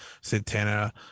Santana